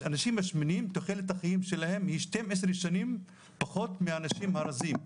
האנשים השמנית תוחלת החיים שלהם היא 12 שנים פחות מהאנשים הרזים.